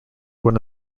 one